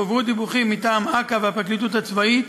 הועברו דיווחים מטעם אכ"א והפרקליטות הצבאית